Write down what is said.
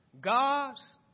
God's